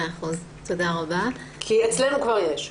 אצלנו כבר יש.